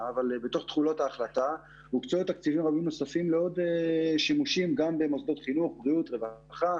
אבל אני אוסיף שהמודעות הזאת חלק --- הברוקר,